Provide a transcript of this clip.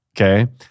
Okay